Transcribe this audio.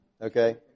Okay